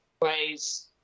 plays